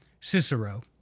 Cicero